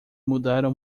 mudaram